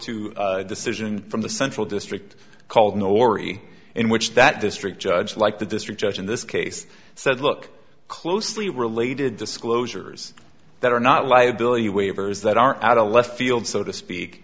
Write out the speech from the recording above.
to decision from the central district called nori in which that district judge like the district judge in this case said look closely related disclosures that are not liability waivers that are out of left field so to speak